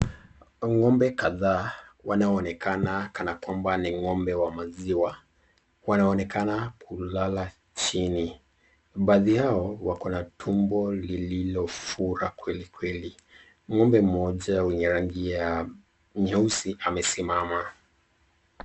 Ng'ombe kadhaa wanaonekana kana kwamba ni ng'ombe wa maziwa. Wanaoenekana kulala chini baadhi yao wako na tumbo lililofura kweli kweli ,ng'ombe moja wa rangi nyeusi amesimama.